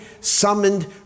summoned